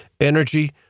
energy